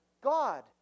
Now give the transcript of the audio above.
God